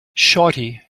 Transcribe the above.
shawty